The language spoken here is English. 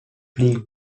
fleet